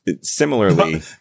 similarly –